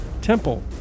Temple